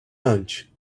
lunch